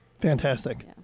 Fantastic